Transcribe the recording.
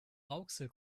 rauxel